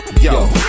yo